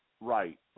Right